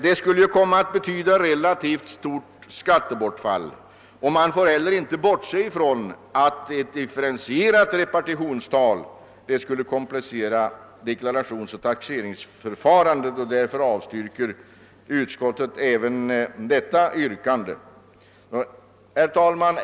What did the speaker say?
Det skulle komma att betyda ett relativt stort skattebortfall, och man får inte heller bortse ifrån att ett differentierat repartitionstal skulle komplicera deklarationsoch taxeringsförfarandet. Därför avstyrker utskottet även detta yrkande. Herr talman!